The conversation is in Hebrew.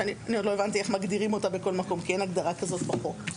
שאני עוד לא הבנתי איך מגדירים אותה בכל מקום כי אין הגדרה כזאת בחוק.